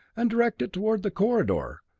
and direct it toward the corridor.